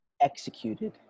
executed